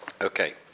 Okay